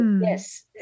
yes